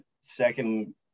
second